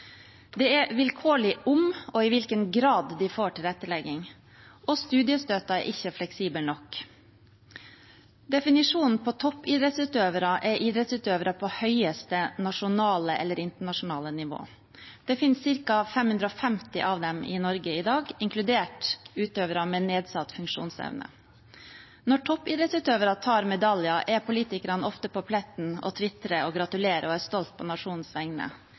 Det er vilkårlig om og i hvilken grad de får tilrettelegging, og studiestøtten er ikke fleksibel nok. Definisjonen på en toppidrettsutøver er en idrettsutøver på høyeste nasjonale eller internasjonale nivå. Det finnes ca. 550 av dem i Norge i dag, inkludert utøvere med nedsatt funksjonsevne. Når toppidrettsutøvere tar medaljer, er politikere ofte på pletten og tvitrer, gratulerer og er stolte på nasjonens vegne.